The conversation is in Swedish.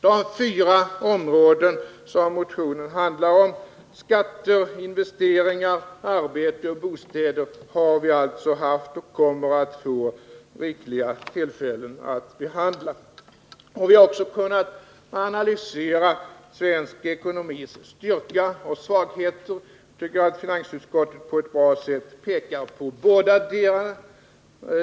De fyra områden som motionen handlar om — skatter, investeringar, arbete och bostäder — har vi alltså haft och kommer att få rikliga tillfällen att behandla. Vi har också kunnat analysera svensk ekonomis styrka och svagheter. Jag tycker att finansutskottet på ett bra sätt pekar på bådadera.